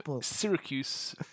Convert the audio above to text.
Syracuse